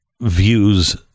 views